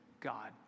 God